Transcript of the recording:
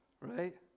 right